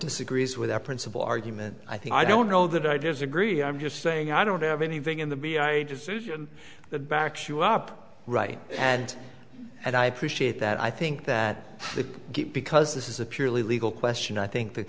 disagrees with our principal argument i think i don't know that i disagree i'm just saying i don't have anything in the that backs you up right and and i appreciate that i think that because this is a purely legal question i think that